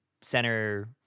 center